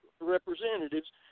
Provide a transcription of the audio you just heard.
Representatives